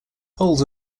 poles